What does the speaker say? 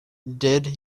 did